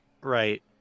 Right